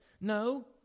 No